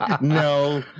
No